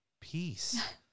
peace